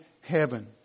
heaven